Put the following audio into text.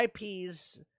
IPs